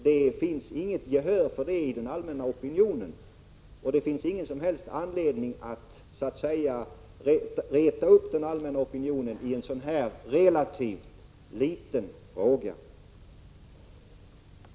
Det finns inget gehör i den allmänna opinionen för en sådan åtgärd, och det finns ingen som helst anledning att så att säga reta upp den allmänna opinionen i en så relativt liten fråga som den här.